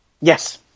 Yes